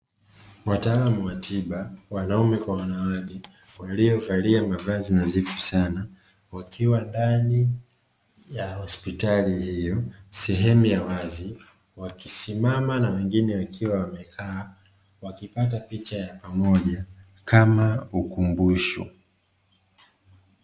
Wataalamu wa tiba wanaume kwa wanawake waliovalia mavazi nadhifu sana wakiwa ndani ya hospitali hiyo sehemu ya wazi wakisimama na wengine wakiwa wamekaa, wakipata picha ya pamoja kama ukumbusho.